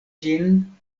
ĝin